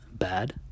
bad